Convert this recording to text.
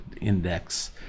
index